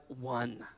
one